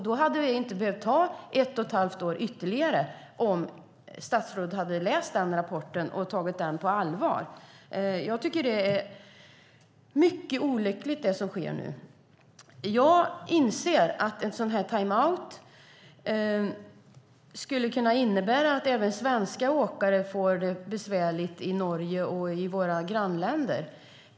Det hade inte behövt ta ytterligare ett och ett halvt år om statsrådet hade läst den rapporten och tagit den på allvar. Jag tycker att det som sker nu är mycket olyckligt. Jag inser att en timeout skulle kunna innebära att även svenska åkare får det besvärligt i våra grannländer.